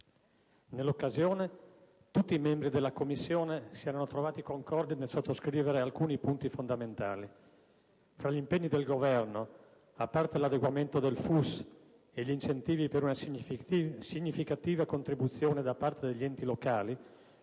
Nell'occasione tutti i membri della Commissione si erano trovati concordi nel sottoscrivere alcuni punti fondamentali. Fra gli impegni del Governo, a parte l'adeguamento del FUS e gli incentivi per una significativa contribuzione da parte degli enti locali,